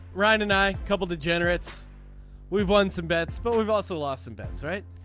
ryan and i couple degenerates we've won some bets but we've also lost some bets right.